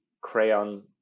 Crayon